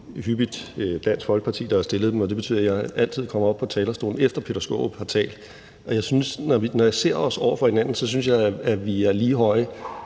hyppigt Dansk Folkeparti, der har fremsat dem, og det betyder, at jeg altid kommer op på talerstolen, efter at hr. Peter Skaarup har talt. Jeg synes, når jeg ser os stå over for hinanden, at vi er lige høje,